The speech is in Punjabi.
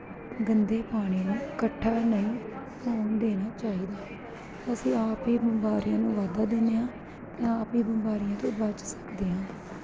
ਗੰਦੇ ਪਾਣੀ ਨੂੰ ਇਕੱਠਾ ਨਹੀਂ ਹੋਣ ਦੇਣਾ ਚਾਹੀਦਾ ਅਸੀਂ ਆਪ ਹੀ ਬਿਮਾਰੀਆਂ ਨੂੰ ਵਾਧਾ ਦਿੰਦੇ ਹਾਂ ਅਤੇ ਆਪ ਹੀ ਬਿਮਾਰੀਆਂ ਤੋਂ ਬਚ ਸਕਦੇ ਹਾਂ